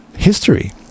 history